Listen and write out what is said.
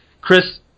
Chris